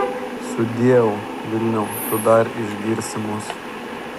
sudieu vilniau tu dar išgirsi mus